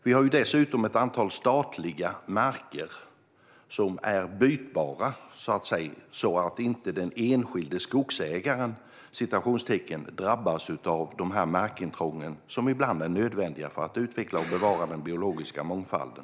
Vi har dessutom ett antal statliga marker som är bytbara, så att säga, så att den enskilde skogsägaren inte "drabbas" av de markintrång som ibland är nödvändiga för att utveckla och bevara den biologiska mångfalden.